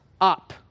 up